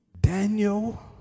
Daniel